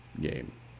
game